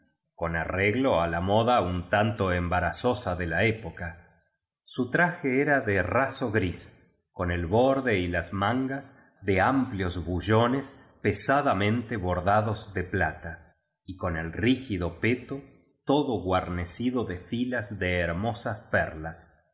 con arreglo á la moda un tanto embarazosa de la época su traje era de raso gris con el borde y las mangas de amplios bullones pe sadamente bordados de plata y con el rígido peto todo guar necido ele filas de hermosas perlas